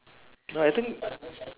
no I think